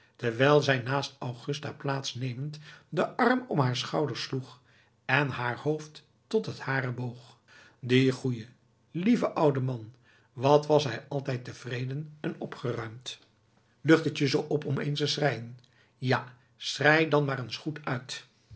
terwijl zij naast augusta plaats nemend den arm om haar schouders sloeg en haar hoofd tot het hare boog die goeie lieve oude man wat was hij altijd tevreden en opgeruimd lucht het je zoo op om eens te schreien ja schrei dan maar eens goed uit